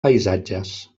paisatges